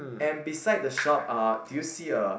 and beside the shop uh do you see a